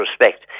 respect